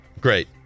Great